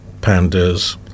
pandas